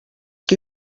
qui